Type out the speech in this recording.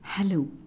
Hello